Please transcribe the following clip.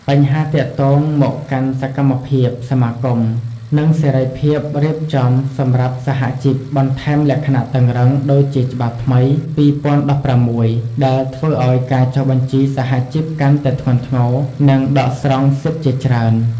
បញ្ហាទាក់ទងមកកាន់សកម្មភាពសមាគម និងសេរីភាពរៀបចំច្បាប់សហជីព បន្ថែមលក្ខណៈតឹងរ៉ឹង ដូចជាច្បាប់ថ្មី ២០១៦ដែលធ្វើឲ្យការចុះបញ្ជីសហជីពកាន់តែធ្ងន់ធ្ងរនិងដកស្រង់សិទ្ធិជាច្រើន។